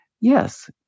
yes